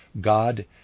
God